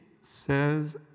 says